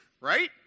Right